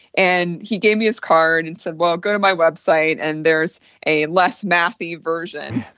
and he gave me his card and said, well, go to my website and there is a less math-y version.